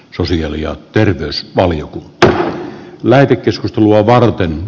sosiaali ja terveysvaliokunta tai lähetekeskustelua varten